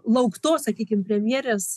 lauktos sakykim premjerės